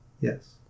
Yes